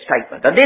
statement